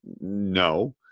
no